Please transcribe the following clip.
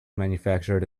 manufactured